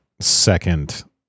second